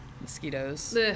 mosquitoes